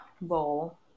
bowl